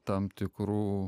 tam tikrų